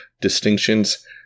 distinctions